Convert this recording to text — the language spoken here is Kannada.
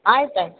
ಆಯ್ತು ಆಯ್ತು